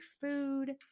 food